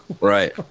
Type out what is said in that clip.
right